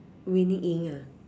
winning 赢 ah